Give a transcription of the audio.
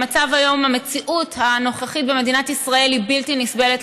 שהמציאות במדינת ישראל היא בלתי נסבלת